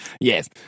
Yes